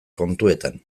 kontuetan